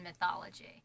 mythology